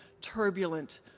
turbulent